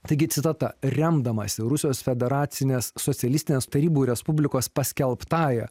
taigi citata remdamasi rusijos federacinės socialistinės tarybų respublikos paskelbtąja